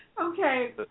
Okay